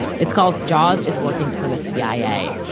it's called jaws is working for the cia,